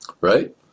Right